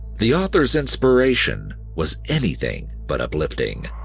the author's inspiration was anything but uplifting.